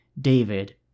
David